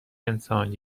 انسان